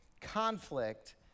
conflict